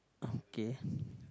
okay